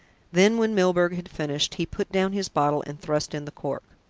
then, when milburgh had finished, he put down his bottle and thrust in the cork.